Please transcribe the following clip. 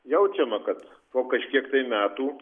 jaučiama kad po kažkiek tai metų